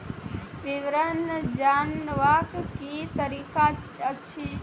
विवरण जानवाक की तरीका अछि?